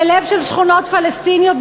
בלב שכונות פלסטיניות,